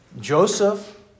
Joseph